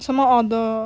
什么 order